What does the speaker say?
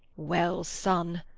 well, son,